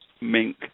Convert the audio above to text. mink